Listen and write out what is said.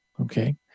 Okay